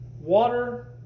water